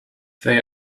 they